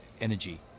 energy